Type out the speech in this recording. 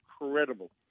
incredible